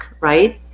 right